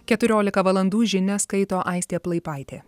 keturiolika valandų žinias skaito aistė plaipaitė